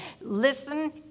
listen